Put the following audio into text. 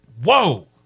Whoa